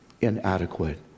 inadequate